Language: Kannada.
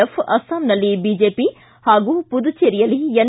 ಎಫ್ ಅಸ್ಸಾಂನಲ್ಲಿ ಬಿಜೆಪಿ ಹಾಗೂ ಮದುಚೇರಿಯಲ್ಲಿ ಎನ್